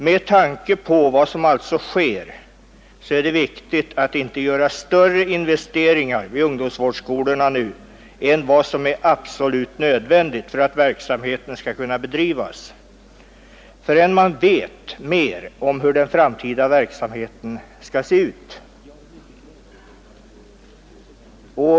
Med hänsyn till vad som nu sker är det alltså viktigt att man inte gör större investeringar vid ungdomsvårdsskolorna än vad som är absolut nödvändigt för att verksamheten skall kunna bedrivas, förrän man vet mer om hur den framtida verksamheten skall se ut.